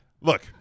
look